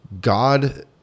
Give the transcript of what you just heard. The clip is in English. God